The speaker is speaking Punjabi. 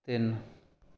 ਤਿੰਨ